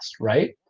right